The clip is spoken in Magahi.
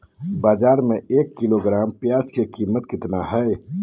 बाजार में एक किलोग्राम प्याज के कीमत कितना हाय?